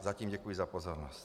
Zatím děkuji za pozornost.